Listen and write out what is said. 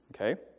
okay